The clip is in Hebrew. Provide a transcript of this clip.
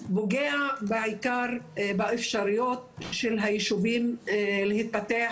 פוגע בעיקר באפשרויות של היישובים להתפתח